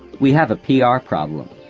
we have a p r. problem.